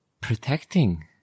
protecting